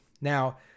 now